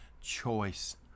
choice